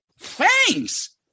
Thanks